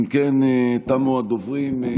אם כן, תמו הדוברים.